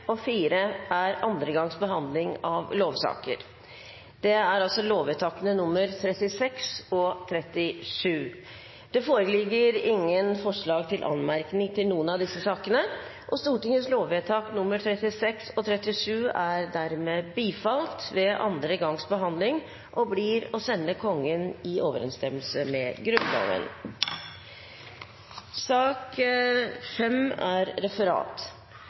og 4 er andre gangs behandling av lovsaker, lovvedtakene 36 og 37. Det foreligger ingen forslag til anmerkning til noen av sakene. Stortingets lovvedtak 36 og 37 er dermed bifalt ved andre gangs behandling og blir å sende Kongen i overensstemmelse med Grunnloven. Dermed er